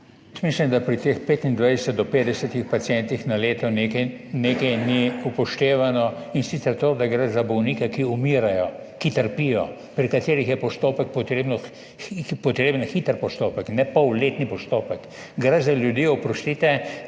mislim, da pri teh 25 do 50 pacientih na leto nekaj ni upoštevano, in sicer to, da gre za bolnike, ki umirajo, ki trpijo, pri katerih je potreben hiter postopek, ne polletni postopek. Gre za ljudi, oprostite,